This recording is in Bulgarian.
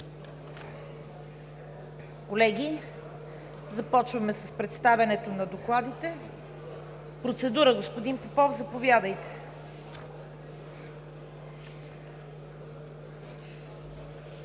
Колеги, започваме с представянето на докладите. Процедура – господин Попов, заповядайте.